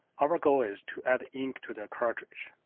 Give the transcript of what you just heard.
our goal is to add ink to the cartridge.